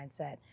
mindset